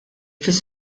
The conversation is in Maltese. fis